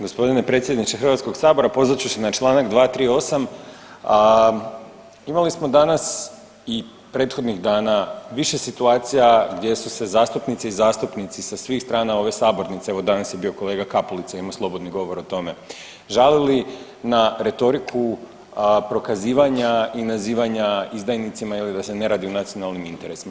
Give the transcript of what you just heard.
Gospodine predsjedniče Hrvatskog sabora pozvat ću se na Članak 238., imali smo danas i prethodnih dana više situacija gdje su se zastupnici i zastupnici sa svih strane ove sabornice, evo danas je bio kolega Kapulica imao slobodni govor o tome, žalili na retoriku prokazivanja i nazivanja izdajnicima ili da se ne radi u nacionalnim interesima.